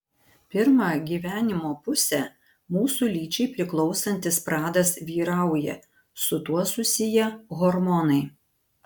pirmą gyvenimo pusę mūsų lyčiai priklausantis pradas vyrauja su tuo susiję hormonai